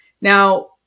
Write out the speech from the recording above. Now